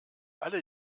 alle